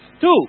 two